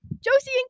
Josie